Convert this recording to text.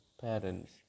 parents